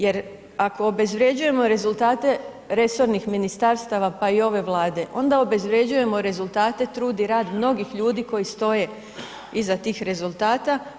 Jer ako obezvrjeđujemo rezultate resornih ministarstva pa i ove Vlade, onda obezvrjeđujemo rezultate, trud i rad mnogih ljudi koji stoje iza tih rezultata.